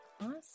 awesome